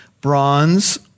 bronze